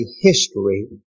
history